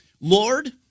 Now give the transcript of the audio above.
Lord